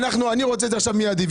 אני רוצה את זה עכשיו מיידי.